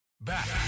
Back